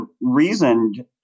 reasoned